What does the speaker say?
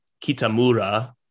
Kitamura